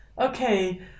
okay